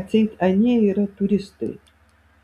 atseit anie yra turistai